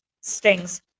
stings